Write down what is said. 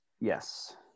Yes